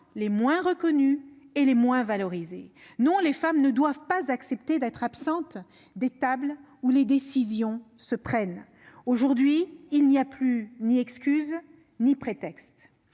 les moins reconnus et les moins valorisés ! Non, les femmes ne doivent pas accepter d'être absentes de la table où se prennent les décisions ! Aujourd'hui, il n'y a plus ni excuse ni prétexte.